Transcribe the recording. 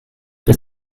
bydd